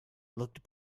looked